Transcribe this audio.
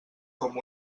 com